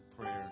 prayer